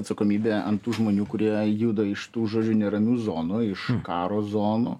atsakomybę ant tų žmonių kurie juda iš tų žodžiu neramių zonų iš karo zonų